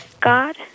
God